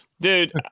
Dude